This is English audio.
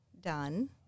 done